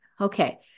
okay